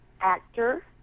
Actor